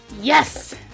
Yes